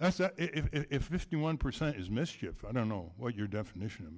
if the one percent is mischief i don't know what your definition of